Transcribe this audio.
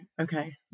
okay